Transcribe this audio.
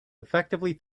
effectively